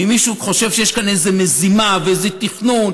ואם מישהו חושב שיש פה מזימה ואיזה תכנון,